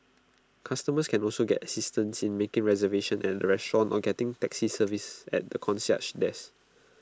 customers can also get assistance in making reservation at A restaurant or getting taxi service at the concierge desk